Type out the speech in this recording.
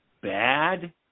bad